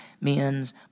men's